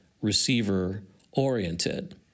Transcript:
receiver-oriented